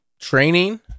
training